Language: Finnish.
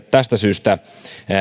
tästä syystä